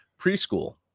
preschool